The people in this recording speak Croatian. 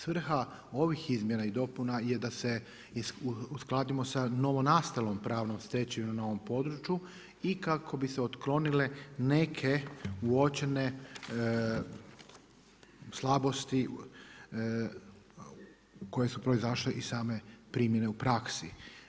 Svrha ovih izmjena i dopuna je da se uskladimo sa novonastalom pravnom stečevinom na ovom području i kako bi se otklonile neke uočene slabosti koje su proizašle iz same primjene u praksi.